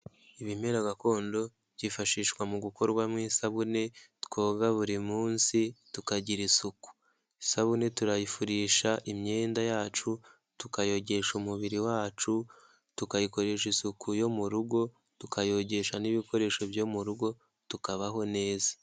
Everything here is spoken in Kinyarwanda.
Ibimera gakondo, byifashishwa mu gukorwamo isabune, twoga buri munsi tukagira isuku, isabune turayifurisha imyenda yacu, tukayogesha umubiri wacu, tukayikoresha isuku yo mu rugo, tukayogesha n'ibikoresho byo mu rugo, tukabaho neza.